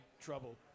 trouble